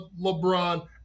lebron